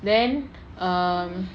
then err